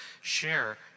share